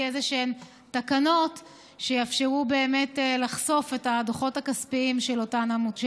איזשהן תקנות שיאפשרו באמת לחשוף את הדוחות הכספיים של אותן עמותות,